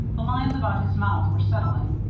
the lines about his mouth were settling.